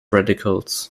radicals